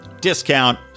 discount